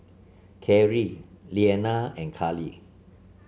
Carri Lilliana and Karlee